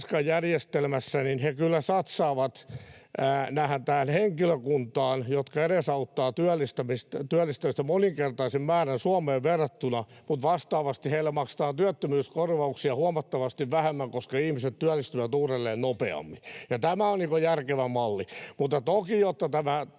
he kyllä satsaavat tähän henkilökuntaan, joka edesauttaa työllistymistä moninkertaisen määrän Suomeen verrattuna, mutta vastaavasti heillä maksetaan työttömyyskorvauksia huomattavasti vähemmän, koska ihmiset työllistyvät uudelleen nopeammin. Tämä on järkevä malli.